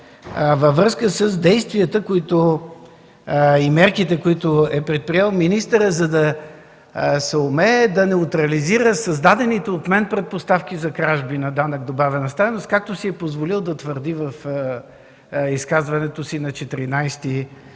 във връзка с действията и мерките, които е предприел министърът, за да съумее да неутрализира създадените от мен предпоставки за кражби на данък добавена стойност, както си е позволил да твърди в изказването си на 14 януари.